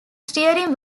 steering